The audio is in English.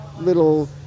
little